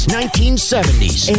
1970s